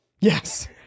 Yes